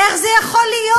איך זה יכול להיות?